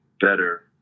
better